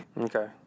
Okay